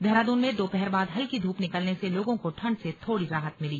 देहरादून में दोपहर बाद हल्की धूप निकलने से लोगों को ठंड से थोड़ी राहत मिली